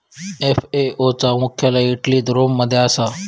FAO चा मुख्यालय इटलीत रोम मध्ये असा